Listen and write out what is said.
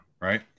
right